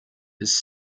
his